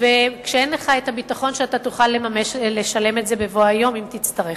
כשאין לך ביטחון שאתה תוכל לשלם את זה בבוא היום אם תצטרך.